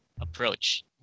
approach